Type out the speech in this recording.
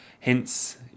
hence